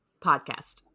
podcast